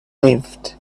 lived